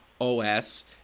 OS